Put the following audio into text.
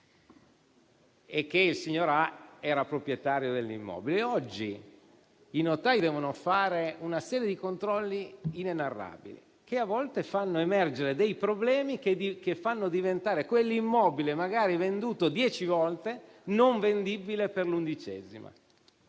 e che il signor A era proprietario dell'immobile. Oggi i notai devono fare una serie inenarrabile di controlli, che a volte fanno emergere problemi che fanno diventare quell'immobile, magari venduto dieci volte, non vendibile per l'undicesima